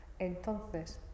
Entonces